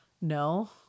No